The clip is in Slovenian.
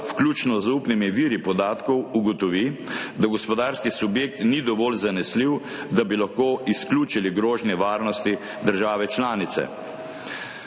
vključno z zaupnimi viri podatkov, ugotovi, da gospodarski subjekt ni dovolj zanesljiv, da bi lahko izključili grožnje varnosti državi članice.